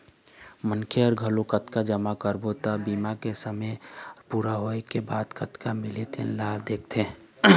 मनखे मन घलोक कतका जमा करबो त बीमा के समे पूरा होए के बाद कतका मिलही तेन ल देखथे